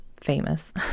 famous